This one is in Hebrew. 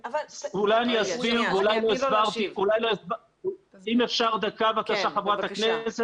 אם אפשר דקה, חברת הכנסת,